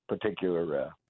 particular